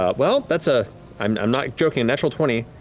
ah well, that's a i'm i'm not joking, a natural twenty.